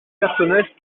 personnages